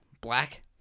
Black